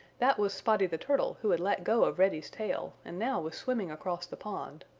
that was spotty the turtle who had let go of reddy's tail and now was swimming across the pond,